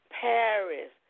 Paris